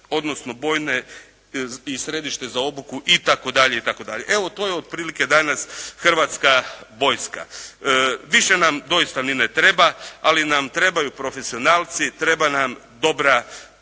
odnosno bojne i središte za obuku itd. itd. Evo to je otprilike danas Hrvatska vojska. Više nam doista ni ne treba, ali nam trebaju profesionalci, treba nam dobra tehnika,